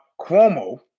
Cuomo